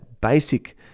basic